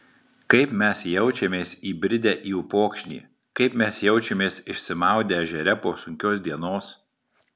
kaip mes jaučiamės įbridę į upokšnį kaip mes jaučiamės išsimaudę ežere po sunkios dienos